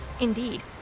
Indeed